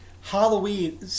Halloween